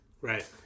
Right